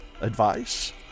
advice